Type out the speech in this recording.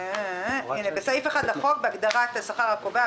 הנה: " בסעיף 1 לחוק בהגדרת השכר הקובע,